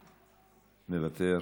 מוותר.